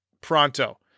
pronto